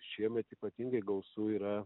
šiemet ypatingai gausu yra